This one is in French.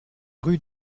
rue